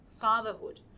fatherhood